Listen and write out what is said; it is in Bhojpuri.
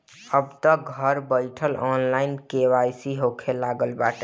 अबतअ घर बईठल ऑनलाइन के.वाई.सी होखे लागल बाटे